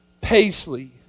Paisley